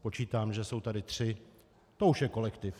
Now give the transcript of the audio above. Počítám, že jsou tady tři, to už je kolektiv.